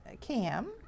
cam